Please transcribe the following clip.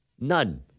none